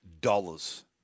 dollars